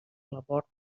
labor